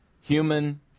Human